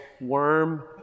worm